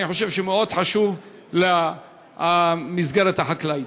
אני חושב שהוא מאוד חשוב למסגרת החקלאית.